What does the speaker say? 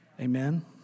Amen